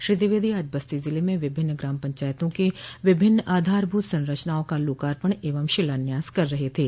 श्री द्विवेदी आज बस्ती जिले में विभिन्न ग्राम पंचायतों के विभिन्न आधारभूत संरचनाओं का लोकार्पण एवं शिलान्यास कर रहे थे